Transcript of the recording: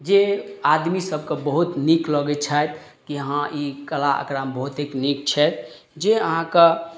जे आदमी सभके बहुत नीक लगय छथि कि हँ ई कला एकरामे बहुतेक नीक छथि जे अहाँके